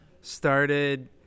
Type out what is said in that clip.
started